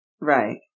Right